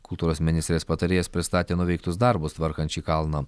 kultūros ministrės patarėjas pristatė nuveiktus darbus tvarkant šį kalną